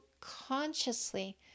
consciously